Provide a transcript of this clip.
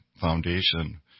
foundation